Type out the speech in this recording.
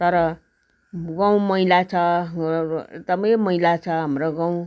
तर गाउँ मैला छ एकदमै मैला छ हाम्रो गाउँ